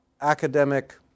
academic